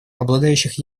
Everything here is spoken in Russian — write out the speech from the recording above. обладающих